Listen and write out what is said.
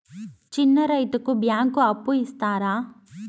చిన్న రైతుకు బ్యాంకు అప్పు ఇస్తారా?